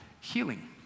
healing